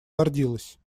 гордилась